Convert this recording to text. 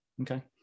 Okay